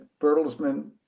Bertelsmann